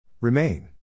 Remain